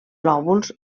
lòbuls